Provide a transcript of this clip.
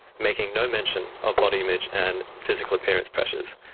making no mention of body image and physical appearance pressures,